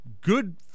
good